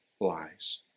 lies